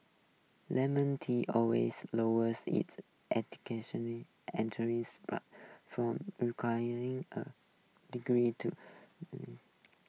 lemon tee always lowered its education entering from requiring a degree to